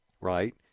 right